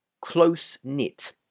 close-knit